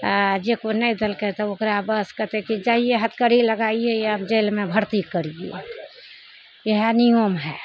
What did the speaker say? आओर जे कोइ नहि देलकइ तऽ ओकरा बस कहतइ कि जाइए हथकड़ी लगाइए आप जेलमे भर्ती करियै इएह नियम हइ